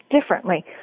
differently